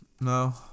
No